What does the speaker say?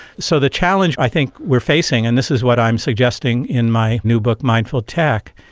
so the challenge i think we are facing, and this is what i'm suggesting in my new book mindful tech,